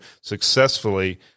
successfully –